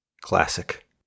Classic